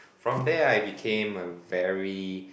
from there I became a very